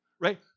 right